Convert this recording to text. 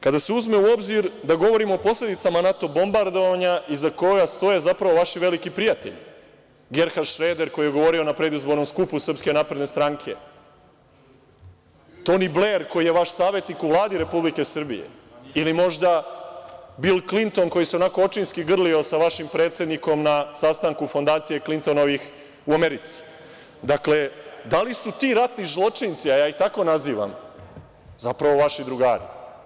Kada se uzme u obzir da govorimo o posledicama NATO bombardovanja iza koga stoje zapravo vaši veliki prijatelji, Gerhard Šreder koji je govorio na predizbornom skupu Srpske napredne stranke, Toni Bler, koji je vaš savetnik u Vladi Republike Srbije ili možda Bil Klinton koji se onako očinski grlio sa vašim predsednikom na sastanku „Fondacije Klintonovih“ u Americi, dakle, da li su ti ratni zločinci, a ja ih tako nazivam, zapravo vaši drugari?